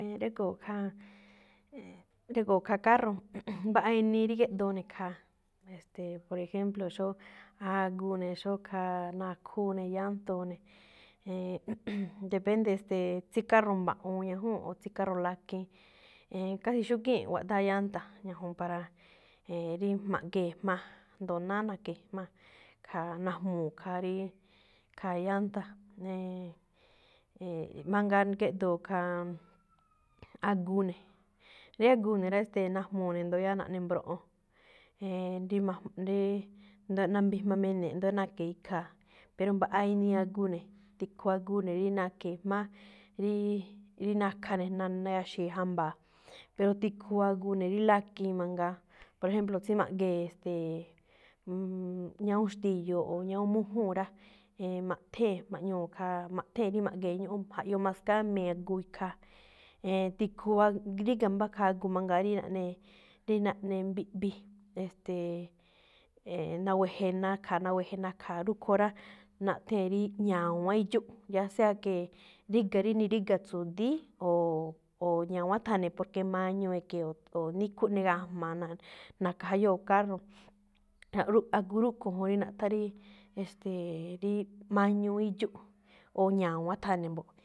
Régo̱o̱ khaa, régo̱o̱ khaa carro. mbaꞌa inii rí géꞌdoo ne̱ khaa, e̱ste̱e̱, por ejemplo xóo a̱guu ne̱, xóo khaa nakhúu ne̱, yánto̱o̱ ne̱, e̱e̱n, depende este̱e̱, tsí carro mba̱ꞌu̱un ñajúu̱nꞌ o tsí carro lakiin. E̱e̱n, casi xúgíi̱nꞌ waꞌdáa̱ llanta, ñajuun para, e̱e̱n, rí ma̱ꞌgee̱ jmáa̱, jndo náá máꞌ e̱ke̱e̱ jmáa̱. Khaa najmuu̱ khaa rí, khaa llanta. E̱e̱n, e̱e̱n, mangaa géꞌdoo̱ khaa, aguu ne̱. Rí aguu ne̱ rá, e̱ste̱e̱ najmuu̱ ndo̱ yáá naꞌne mbroꞌon. E̱e̱n, dí maj- díí nambijma mene̱e̱ꞌ ndóo rí na̱ke̱e̱ ikhaa̱, pero mbaꞌa inii aguu ne̱, tikhu aguu ne̱ rí na̱ke̱e̱ jma̱á, ríí-rí nakha ne̱, nan- nayaxi̱i̱ jamba̱a̱, pero tikhu aguu ne̱ rí lakiin mangaa. Por ejemplo, tsí ma̱ꞌgee̱, e̱ste̱e̱, ñawún xti̱yu̱u̱ꞌ o ñajún mújúu̱n rá, e̱e̱n maꞌthée̱n, ma̱ꞌñuu̱ khaa, maꞌthée̱n rí ma̱ꞌgee̱ ñúꞌún, jaꞌyoo maskámee̱ aguu ikhaa. E̱e̱n, tikhu agu, ríga̱ mbá khaa agu mangaa rí naꞌne, rí naꞌne mbiꞌmbiꞌ, e̱ste̱e̱, e̱e̱n na̱we̱je̱ nakha̱a, na̱we̱je̱ nakha̱a rúꞌkho̱ rá, naꞌthée̱n rí ña̱wa̱nꞌ ídxúꞌ. Ya sea que ríga̱ rí niríga̱ tsu̱di̱í, ooo ña̱wán tha̱ne̱ porque mañuu e̱ke̱e̱, o níkhú eꞌnegajma̱a̱ na̱-na̱ka̱jayóo̱ carro. Aꞌ rúꞌ agu rúꞌkho̱ juun rí naꞌthán rí, e̱ste̱e̱, rí mañuu ídxúꞌ, o ña̱wán tha̱ne̱ mbo̱ꞌ.